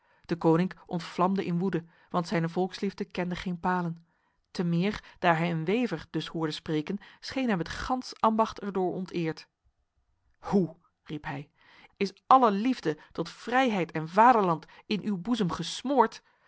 deconinck ontvlamde in woede want zijne volksliefde kende geen palen temeer daar hij een wever dus hoorde spreken scheen hem het gans ambacht erdoor onteerd hoe riep hij is alle liefde tot vrijheid en vaderland in uw boezem gesmoord